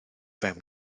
fewn